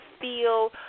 feel